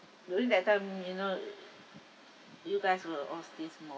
during that time you know you guys were all still small